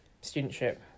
studentship